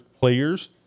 players